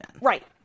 right